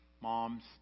Moms